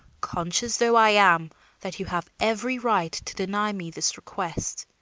conscious though i am that you have every right to deny me this request,